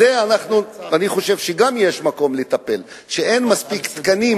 גם בזה יש מקום לטפל, שאין מספיק תקנים,